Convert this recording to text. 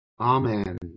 Amen